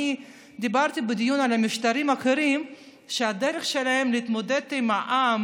אני דיברתי בדיון על משטרים אחרים שהדרך שלהם להתמודד עם העם